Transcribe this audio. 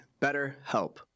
BetterHelp